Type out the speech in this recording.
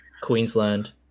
Queensland